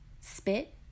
spit